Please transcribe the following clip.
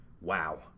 wow